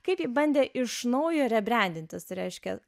kaip ji bandė iš naujo rebrandintis tai reiškia